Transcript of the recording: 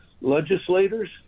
legislators